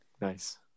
Nice